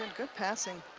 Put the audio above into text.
and good passing.